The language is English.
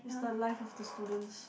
it's the life of the students